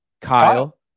Kyle